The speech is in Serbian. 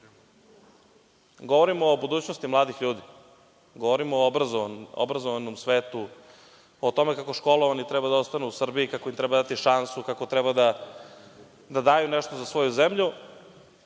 Govorim o budućnosti mladih ljudi, govorim o obrazovanom svetu, o tome kako školovani treba da ostanu u Srbiji, kako im treba dati šansu, kako treba da daju nešto za svoju zemlju.